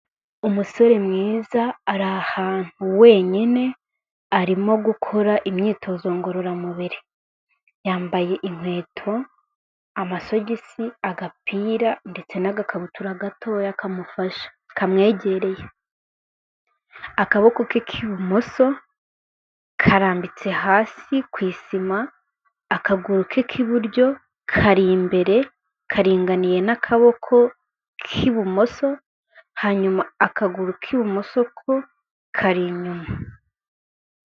Umusore mwiza ari ahantu wenyine arimo gukora imyitozo ngororamubiri. Yambaye inkweto, amasogisi, agapira ndetse n'agakabutura gatoya kamufashe. Kamwegereye. Akaboko ke k'ibumoso karambitse hasi ku isima, akaguru ke k'iburyo kari imbere karinganiye n'akaboko k'ibumoso, hanyuma akaguru k'ibumoso ko kari inyuma.